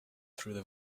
through